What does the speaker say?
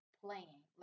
playing